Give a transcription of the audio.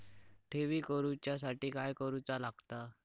ठेवी करूच्या साठी काय करूचा लागता?